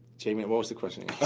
was the question